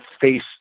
face